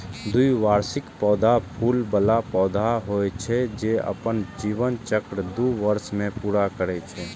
द्विवार्षिक पौधा फूल बला पौधा होइ छै, जे अपन जीवन चक्र दू वर्ष मे पूरा करै छै